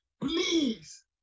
please